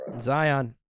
Zion